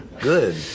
Good